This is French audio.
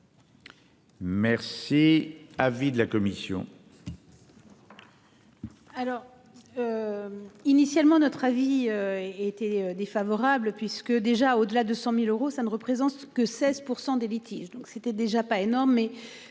Merci. Avis de la commission.